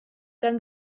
dann